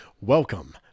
Welcome